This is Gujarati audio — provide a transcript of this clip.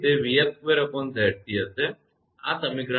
તેથી તે 𝑣𝑓2𝑍𝑐 હશે આ સમીકરણ 52 છે બરાબર